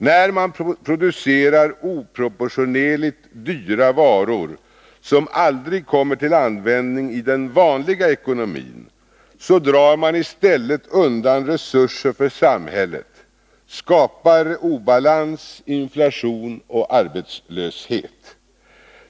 När man producerar oproportionerligt dyra varor, som aldrig kommer till användning i den vanliga ekonomin, så drar man i stället undan resurser för samhället, skapar obalans, inflation och arbetslöshet.